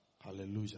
hallelujah